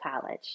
college